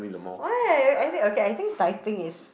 why I think okay I think typing is